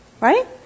Right